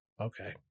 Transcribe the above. Okay